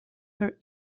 her